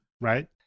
right